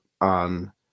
on